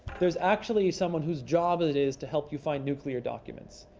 there's actually someone whose job it is to help you find nuclear documents.